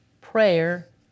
Prayer